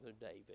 David